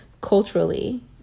culturally